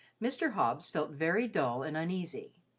mr. hobbs felt very dull and uneasy.